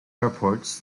airports